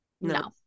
No